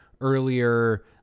earlier